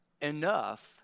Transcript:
enough